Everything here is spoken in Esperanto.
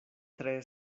tre